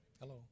Hello